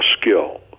skill